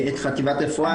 חטיבת רפואה,